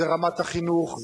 זה רמת החינוך,